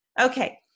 Okay